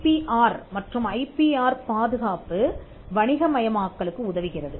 IPR மற்றும் I P R பாதுகாப்பு வணிகமயமாக்கலுக்கு உதவுகிறது